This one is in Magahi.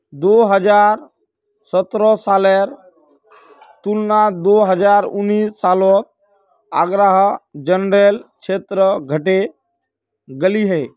दो हज़ार सतरह सालेर तुलनात दो हज़ार उन्नीस सालोत आग्रार जन्ग्लेर क्षेत्र घटे गहिये